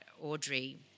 Audrey